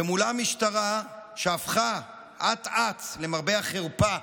ומולם משטרה שהפכה אט-אט, למרבה החרפה,